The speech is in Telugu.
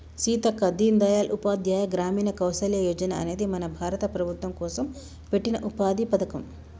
సీతక్క దీన్ దయాల్ ఉపాధ్యాయ గ్రామీణ కౌసల్య యోజన అనేది మన భారత ప్రభుత్వం కోసం పెట్టిన ఉపాధి పథకం